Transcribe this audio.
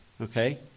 Okay